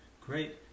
Great